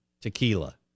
tequila